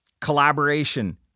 collaboration